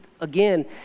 again